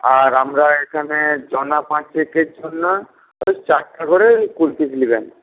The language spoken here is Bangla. আর আমরা এখানে জনা পাঁচেকের জন্য ওই চারটে করে কুলফি দিবেন